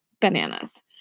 bananas